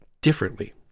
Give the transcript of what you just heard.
differently